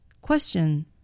Question